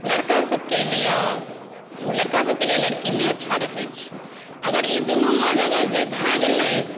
लड़का सभके लिए लड़का सभके लिए लड़की नहि अच्छा रहै छै अगर ई दुनूमे जँ अगर जँ भऽ गेलै